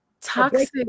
Toxic